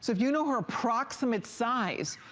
if you know her approximate size,